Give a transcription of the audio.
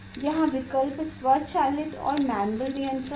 यहां विकल्प स्वचालित और मैनुअल नियंत्रण है